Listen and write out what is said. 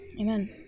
Amen